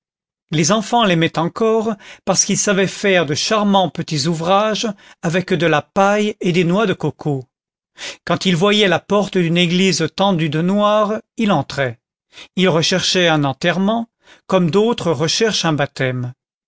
les enfants l'aimaient encore parce qu'il savait faire de charmants petits ouvrages avec de la paille et des noix de coco quand il voyait la porte d'une église tendue de noir il entrait il recherchait un enterrement comme d'autres recherchent un baptême